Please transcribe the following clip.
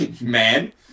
man